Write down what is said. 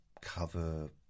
cover